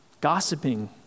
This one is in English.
gossiping